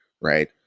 right